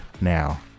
now